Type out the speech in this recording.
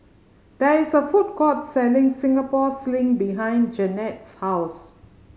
there is a food court selling Singapore Sling behind Jannette's house